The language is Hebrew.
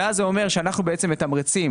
זה אומר שאנחנו בעצם מתמרצים,